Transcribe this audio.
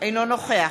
אינו נוכח